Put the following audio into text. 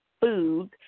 foods